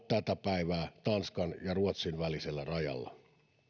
tätä päivää tanskan ja ruotsin välisellä rajalla